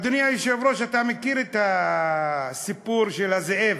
אדוני היושב-ראש, אתה מכיר את הסיפור של הזאב,